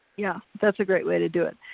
yeah, that's a great way to do it,